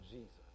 Jesus